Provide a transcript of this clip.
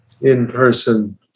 in-person